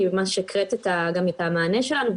גם מה שהקראת מהמענה שלנו.